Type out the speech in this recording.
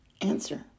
Answer